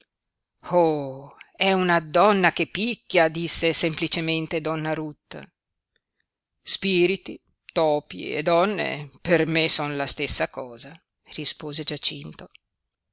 è una donna che picchia disse semplicemente donna ruth spiriti topi e donne per me son la stessa cosa rispose giacinto